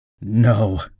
No